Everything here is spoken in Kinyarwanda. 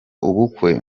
ubukwe